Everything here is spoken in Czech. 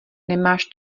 nemáš